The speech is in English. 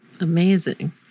Amazing